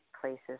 places